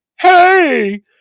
hey